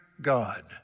God